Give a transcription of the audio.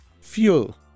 fuel